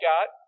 God